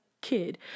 kid